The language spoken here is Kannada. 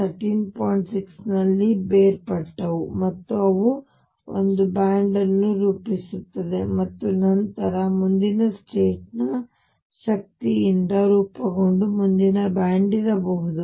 6 ನಲ್ಲಿ ಬೇರ್ಪಟ್ಟವು ಮತ್ತು ಅವು ಒಂದು ಬ್ಯಾಂಡ್ ಅನ್ನು ರೂಪಿಸುತ್ತವೆ ಮತ್ತು ನಂತರ ಮುಂದಿನ ಸ್ಟೇಟ್ ನ ಶಕ್ತಿಯಿಂದ ರೂಪುಗೊಂಡ ಮುಂದಿನ ಬ್ಯಾಂಡ್ ಇರಬಹುದು